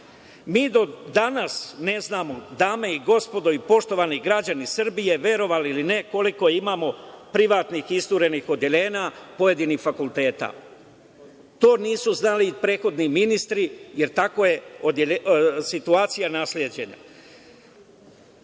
do danas ne znamo, dame i gospodo i poštovani građani Srbije, verovali ili ne, koliko imamo privatnih isturenih odeljenja pojedinih fakulteta. To nisu znali ni prethodni ministri, jer takva je situacija nasleđena.